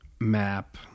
map